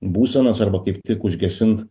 būsenas arba kaip tik užgesint